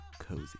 Cozy